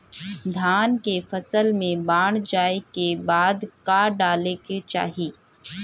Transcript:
धान के फ़सल मे बाढ़ जाऐं के बाद का डाले के चाही?